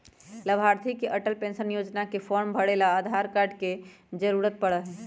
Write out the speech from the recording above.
लाभार्थी के अटल पेन्शन योजना के फार्म भरे ला आधार कार्ड के जरूरत पड़ा हई